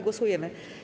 Głosujemy.